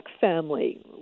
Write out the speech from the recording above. family